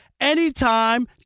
Anytime